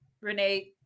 renee